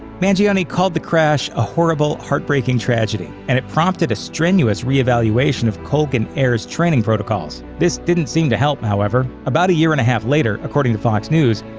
mangione called the crash a horrible, heartbreaking tragedy, and it prompted a strenuous reevaluation of colgan air's training protocols. this didn't seem to help, however about a year and a half later, according to fox news,